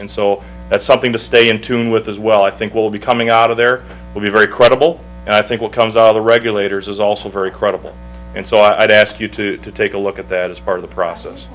and so that's something to stay in tune with as well i think will be coming out of there will be very credible and i think what comes out of the regulators is also very credible and so i'd ask you to take a look at that as part of the process